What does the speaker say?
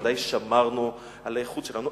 בוודאי שמרנו על הייחוד שלנו.